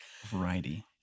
variety